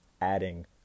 adding